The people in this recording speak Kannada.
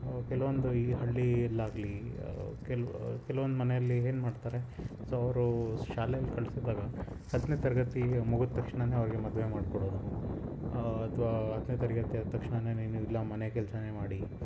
ಕೆಲವೊಂದು ಈ ಹಳ್ಳಿಯಲ್ಲಾಗ್ಲಿ ಕೆಲ್ವು ಕೆಲವೊಂದು ಮನೆಯಲ್ಲಿ ಏನು ಮಾಡ್ತಾರೆ ಸೊ ಅವರು ಶಾಲೆಯಲ್ಲಿ ಕಳಿಸಿದಾಗ ಹತ್ತನೇ ತರಗತಿ ಮುಗಿದ ತಕ್ಷಣನೇ ಅವರಿಗೆ ಮದುವೆ ಮಾಡಿಕೊಡೋದು ಅಥವಾ ಹತ್ತನೇ ತರಗತಿ ಆದ ತಕ್ಷಣನೇ ನೀನು ಇಲ್ಲ ಮನೆ ಕೆಲಸಾನೇ ಮಾಡಿ